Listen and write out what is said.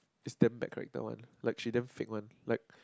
is damn bad character one like she damn fake one like